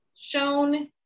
shown